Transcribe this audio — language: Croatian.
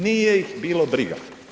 Nije ih bilo briga.